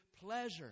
pleasure